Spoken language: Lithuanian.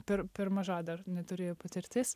per per maža dar neturėjo patirtis